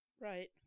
Right